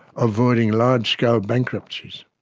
avoiding large-scale bankruptcies.